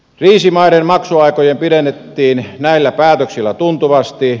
kriisimaiden maksuaikoja pidennettiin näillä päätöksillä tuntuvasti